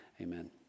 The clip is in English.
amen